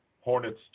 Hornets